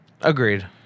Agreed